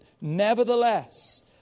Nevertheless